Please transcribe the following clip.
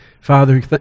Father